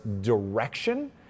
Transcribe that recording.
direction